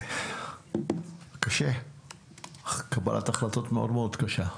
מדובר בקבלת החלטות מאוד קשה.